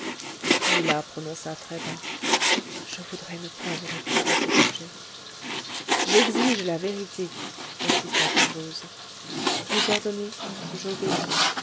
lila prononça très bas je voudrais ne point vous répondre à ce sujet j'exige la vérité insista kervoz vous ordonnez j'obéis